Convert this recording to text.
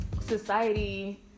society